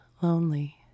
lonely